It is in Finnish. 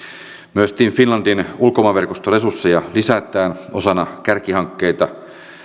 myös team finlandin ulkomaanverkostoresursseja lisätään osana kärkihankkeita